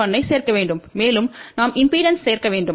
1 ஐ சேர்க்க வேண்டும் மேலும் நாம் இம்பெடன்ஸ் சேர்க்க வேண்டும்